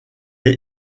est